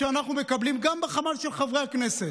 כשאנחנו מקבלים גם בחמ"ל של חברי הכנסת,